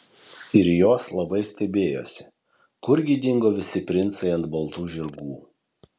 ir jos labai stebėjosi kurgi dingo visi princai ant baltų žirgų